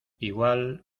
igual